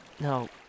No